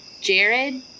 Jared